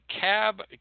Cab